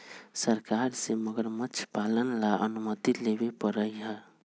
सरकार से मगरमच्छ पालन ला अनुमति लेवे पडड़ा हई